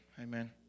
Amen